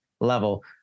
level